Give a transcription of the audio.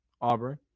Auburn